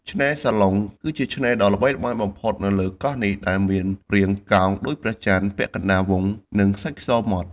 ឆ្នេរសាឡុង គឺជាឆ្នេរដ៏ល្បីល្បាញបំផុតនៅលើកោះនេះ ដែលមានរាងកោងដូចព្រះច័ន្ទពាក់កណ្ដាលវង់ និងខ្សាច់ ស ម៉ដ្ឋ។